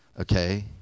okay